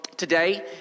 Today